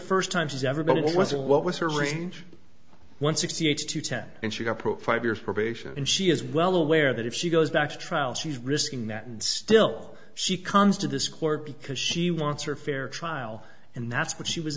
it wasn't what was her range one sixty eight to ten and she got pro five years probation and she is well aware that if she goes back to trial she's risking that and still she comes to this court because she wants her fair trial and that's what she was